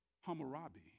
Hammurabi